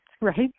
right